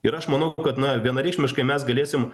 ir aš manau kad na vienareikšmiškai mes galėsim